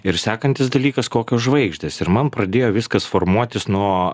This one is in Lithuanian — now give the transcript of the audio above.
ir sekantis dalykas kokios žvaigždės ir man pradėjo viskas formuotis nuo